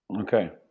Okay